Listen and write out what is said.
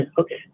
okay